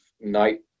night